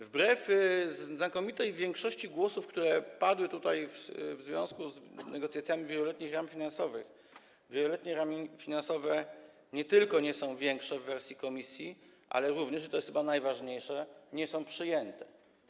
Wbrew znakomitej większości głosów, które padły tutaj w związku z negocjacjami wieloletnich ram finansowych, wieloletnie ramy finansowe nie tylko nie są większe w wersji Komisji, ale również, i to jest chyba najważniejsze, nie są przyjęte.